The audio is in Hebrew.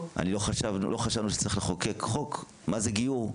לא חשבנו שצריך לחוקק חוק מה זה גיור,